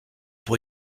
pour